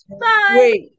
Bye